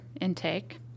intake